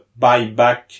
buyback